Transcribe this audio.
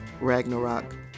Ragnarok